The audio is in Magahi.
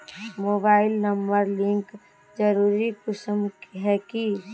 मोबाईल नंबर लिंक जरुरी कुंसम है की?